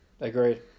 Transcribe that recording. Agreed